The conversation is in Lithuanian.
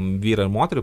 vyrą ir moterį